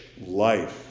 life